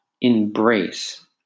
embrace